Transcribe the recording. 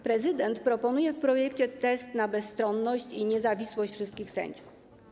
Prezydent proponuje w projekcie test na bezstronność i niezawisłość wszystkich sędziów.